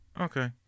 Okay